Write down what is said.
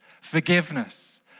forgiveness